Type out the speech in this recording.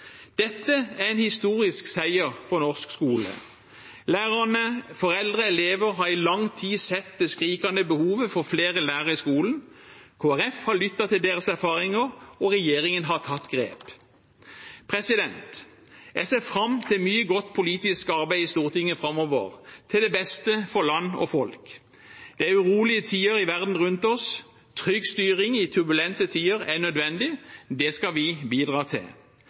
Dette er en historisk seier for norsk skole. Lærere, foreldre og elever har i lang tid sett det skrikende behovet for flere lærere i skolen. Kristelig Folkeparti har lyttet til deres erfaringer, og regjeringen har tatt grep. Jeg ser fram til mye godt politisk arbeid i Stortinget framover, til det beste for land og folk. Det er urolige tider i verden rundt oss. Trygg styring i turbulente tider er nødvendig. Det skal vi bidra til.